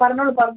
പറഞ്ഞോളൂ സാർ